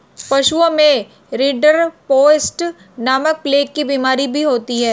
पशुओं में रिंडरपेस्ट नामक प्लेग की बिमारी भी होती है